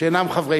זיכרונו לברכה